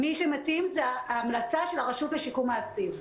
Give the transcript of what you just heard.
מי שמתאים זה לפי המלצה של הרשות לשיקום האסיר.